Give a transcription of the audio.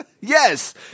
Yes